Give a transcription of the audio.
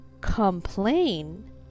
complain